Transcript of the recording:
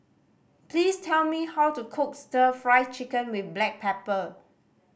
please tell me how to cook Stir Fried Chicken with black pepper